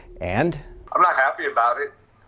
and i'm not happy about